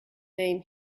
name